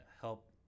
help